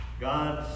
God